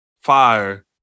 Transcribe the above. Fire